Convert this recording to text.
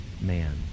man